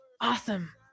awesome